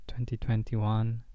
2021